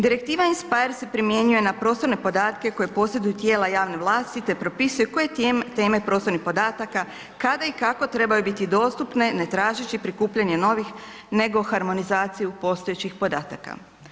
Direktiva in speyer se primjenjuje na prostorne podatke koje posjeduju tijela javne vlasti, te propisuje koje teme prostornih podataka, kada i kako trebaju biti dostupne ne tražeći prikupljanje novih nego harmonizaciju postojećih podataka.